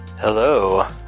hello